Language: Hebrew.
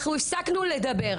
אנחנו הפסקנו לדבר.